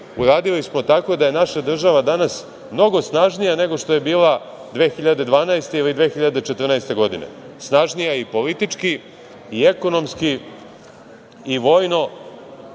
uradili smo tako da je naša država danas mnogo snažnija nego što je bila 2012. ili 2014. godine, snažnija i politički i ekonomski i vojno.